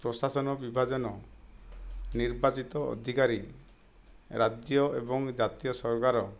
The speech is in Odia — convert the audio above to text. ପ୍ରଶାସନ ବିଭାଜନ ନିର୍ବାଚିତ ଅଧିକାରୀ ରାଜ୍ୟ ଏବଂ ଜାତୀୟ ସରକାର